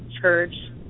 church